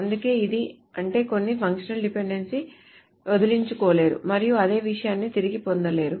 అందుకే ఇది అంటే కొన్ని ఫంక్షనల్ డిపెండెన్సీని వదిలించుకోలేరు మరియు అదే విషయాన్ని తిరిగి పొందలేరు